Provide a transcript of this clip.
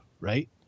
right